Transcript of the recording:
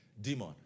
demon